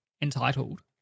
entitled